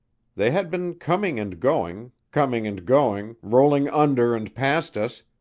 they had been coming and going, coming and going, rolling under and past us,